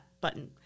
button